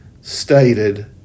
stated